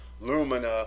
lumina